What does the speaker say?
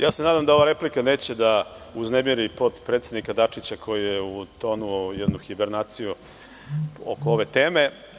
Ja se nadam da ova replika neće da uznemiri potpredsednika Dačića, koji je utonuo u jednu hibernaciju oko ove teme.